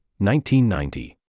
1990